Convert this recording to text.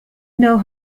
know